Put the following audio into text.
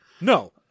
no